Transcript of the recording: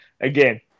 Again